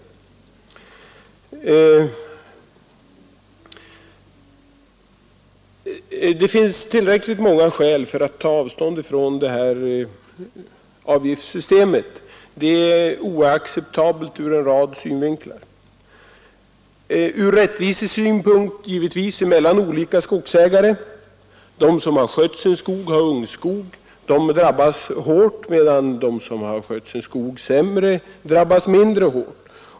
Det finns emellertid tillräckligt många skäl för att ta avstånd från detta avgiftssystem. Det är oacceptabelt ur en rad synvinklar, från rättvisesynpunkt mellan olika skogsägare eftersom de som har skött sin skog och har ungskog drabbas särskilt hårt, medan de som skött sin skog sämre drabbas mindre hårt.